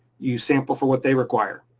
you sample for what they require.